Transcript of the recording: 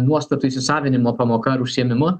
nuostatų įsisavinimo pamoka ar užsiėmimu